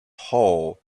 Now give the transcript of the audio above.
hole